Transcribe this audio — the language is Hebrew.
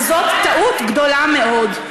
וזאת טעות גדולה מאוד.